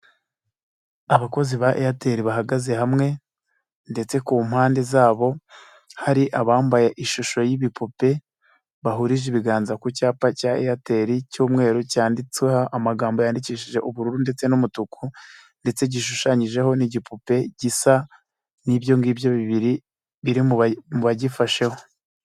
Abakozi ba Airtel bahagaze hamwe ndetse ku mpande zabo hari abambaye ishusho y'ibipupe, bahurije ibiganza ku cyapa cya Airtel cy'umweru cyanditseho amagambo yandikishije ubururu ndetse n'umutuku ndetse gishushanyijeho n'igipupe gisa n'ibyo ngibyo bibiri, biri mu bagifasheho.